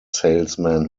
salesman